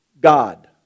God